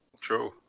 True